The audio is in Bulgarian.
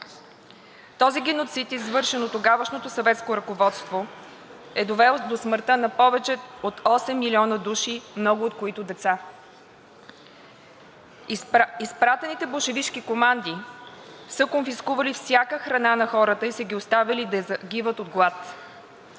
Този геноцид извършен от тогавашното светско ръководство е довел до смъртта на повече от осем милиона души много, от които деца. Изпратените болшевишки команди са конфискували всяка храна на хората и са ги оставяли да загиват от глад.